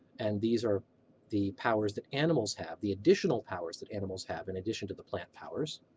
and these are the powers that animals have, the additional powers that animals have in addition to the plant powers.